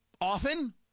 Often